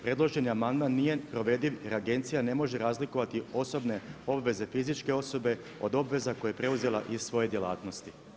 Predloženi amandman nije provediv jer agencija ne može razlikovati osobne obveze fizičke osobe od obveza koje je preuzela iz svoje djelatnosti.